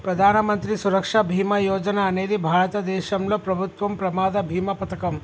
ప్రధాన మంత్రి సురక్ష బీమా యోజన అనేది భారతదేశంలో ప్రభుత్వం ప్రమాద బీమా పథకం